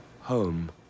home